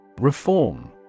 Reform